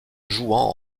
jouant